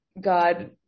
God